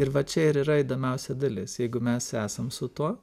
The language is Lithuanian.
ir va čia ir yra įdomiausia dalis jeigu mes esam su tuo